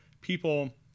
people